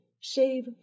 save